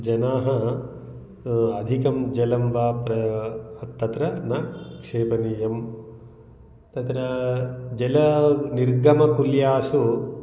जनाः अधिकं जलं वा प्र तत्र न क्षेपणीयं तत्र जलनिर्गमकुल्यासु